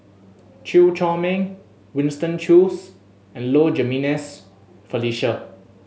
Chew Chor Meng Winston Choos and Low Jimenez Felicia